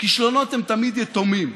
כישלונות הם תמיד יתומים.